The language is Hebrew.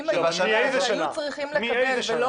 מאיזה שנה?